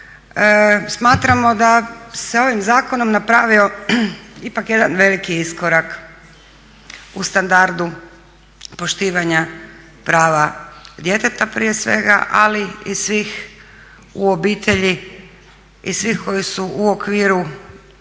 smatramo da se ovim zakonom napravio ipak jedan veliki iskorak u standardu poštivanja prava djeteta prije svega, ali i svih u obitelji i svih koji su u okviru